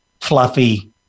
fluffy